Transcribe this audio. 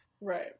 Right